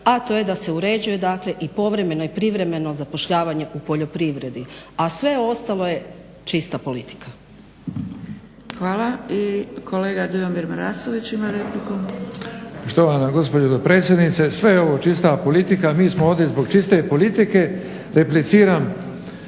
a to je da se uređuje i povremeno i privremeno zapošljavanje u poljoprivredi, a sve ostalo je čista politika. **Zgrebec, Dragica (SDP)** Hvala. I kolega Dujomir Marasović ima repliku. **Marasović, Dujomir (HDZ)** Štovana gospođo dopredsjednice. Sve je ovo čista politika, mi smo ovdje zbog čiste politike. Repliciram